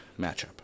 matchup